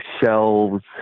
shelves